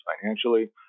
financially